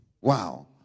Wow